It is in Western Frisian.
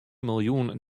miljoen